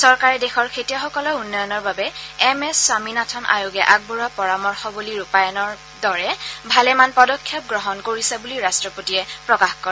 চৰকাৰে দেশৰ খেতিয়কসকলৰ উন্নয়নৰ বাবে এমএছ স্বামীনাথন আয়োগে আগবঢ়োৱা পৰামৰ্শবলী ৰূপায়ণৰ দৰে ভালেমান পদক্ষেপ গ্ৰহণ কৰিছে বুলি ৰাট্টপতিয়ে প্ৰকাশ কৰে